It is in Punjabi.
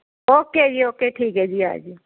ਓਕੇ ਜੀ ਓਕੇ ਠੀਕ ਹੈ ਜੀ ਆ ਜੇਓ